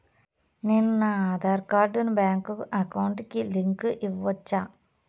నేను నా ఆధార్ కార్డును బ్యాంకు అకౌంట్ కి లింకు ఇవ్వొచ్చా?